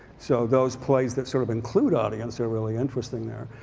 so those plays that sort of include audience are really interesting there.